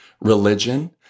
religion